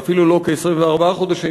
ואפילו לא ל-24 חודשים,